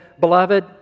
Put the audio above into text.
Beloved